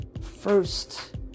first